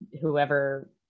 whoever